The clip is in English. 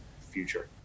future